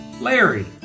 Larry